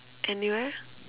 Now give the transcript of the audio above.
anywhere